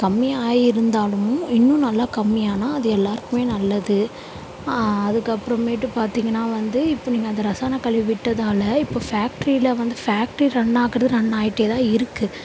கம்மியாக ஆயிருந்தாலும் இன்னும் நல்லா கம்மியானால் அது எல்லாருக்குமே நல்லது அதுக்கப்புறமேட்டு பார்த்தீங்கன்னா வந்து இப்போ நீங்கள் அந்த ரசாயன கழிவு விட்டதால் இப்போது ஃபேக்ட்ரியில வந்து ஃபேக்ட்ரி ரன் ஆகுறது ரன் ஆகிட்டே தான் இருக்குது